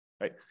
right